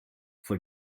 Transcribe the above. for